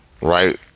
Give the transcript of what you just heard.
right